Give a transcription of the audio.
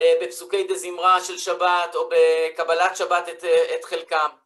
בפסוקי דזמרא של שבת, או בקבלת שבת את חלקם.